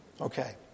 Okay